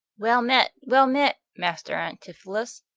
well met, well met, master antipholus.